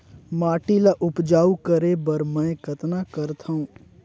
माटी ल उपजाऊ करे बर मै कतना करथव?